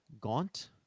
gaunt